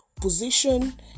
position